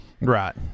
right